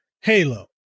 Halo